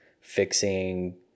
fixing